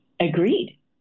agreed